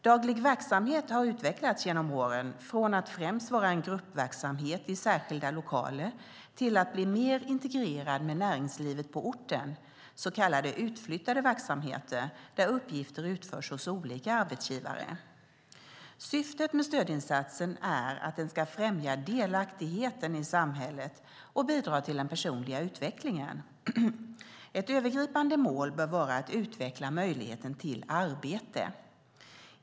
Daglig verksamhet har utvecklats genom åren från att främst vara en gruppverksamhet i särskilda lokaler till att bli mer integrerad med näringslivet på orten, så kallade utflyttade verksamheter där uppgifter utförs hos olika arbetsgivare. Syftet med stödinsatsen är att den ska främja delaktigheten i samhället och bidra till den personliga utvecklingen. Ett övergripande mål bör vara att utveckla möjligheten till arbete.